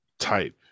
Type